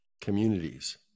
communities